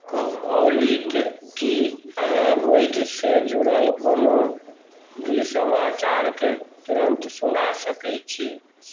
ऑली की अहाँ बाढ़िसँ जुड़ल कोनो भी समाचारके तुरन्त सुना सकैत छी